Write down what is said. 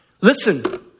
Listen